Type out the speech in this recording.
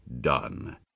done